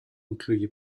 incluye